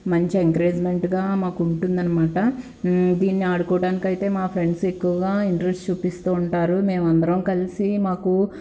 మంచి ఎంకరేజ్మెంట్గా మాకు ఉంటుందనమాట దీన్ని ఆడుకోవడానికైతే మా ఫ్రెండ్స్ ఎక్కువగా ఇంట్రెస్ట్ చూపిస్తూ ఉంటారు మేమందరం కలిసి మాకు